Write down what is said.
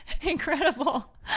incredible